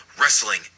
Wrestling